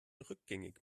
rückgängig